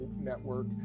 network